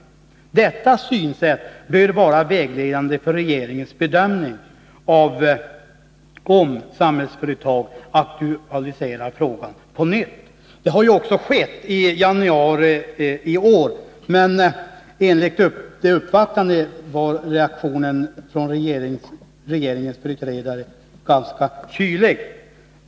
Detta synsätt bör vara vägledande för regeringens bedömning om Samhällsföretag aktualiserar frågan på nytt.” Detta har också skett, i januari i år, men enligt de uppvaktande var reaktionen från regeringens företrädare ganska kylig.